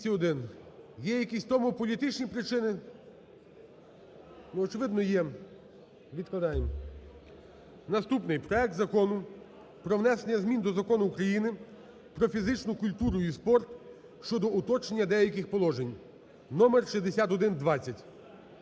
Є якісь тому політичні причини? Ну, очевидно, є. Відкладаємо. Наступний. Проект Закону про внесення змін до Закону України "Про фізичну культуру і спорт" (щодо уточнення деяких положень) (номер 6120).